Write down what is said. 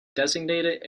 designated